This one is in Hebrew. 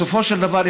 בסופו של דבר,